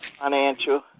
financial